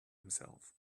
himself